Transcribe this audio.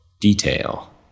detail